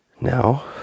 Now